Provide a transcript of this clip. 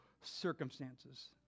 circumstances